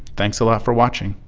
thanks a lot for watching.